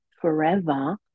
forever